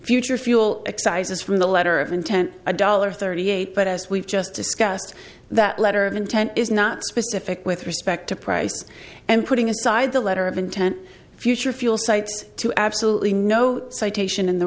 future fuel excise is from the letter of intent a dollar thirty eight but as we've just discussed that letter of intent is not specific with respect to price and putting aside the letter of intent future fuel cites to absolutely no citation in the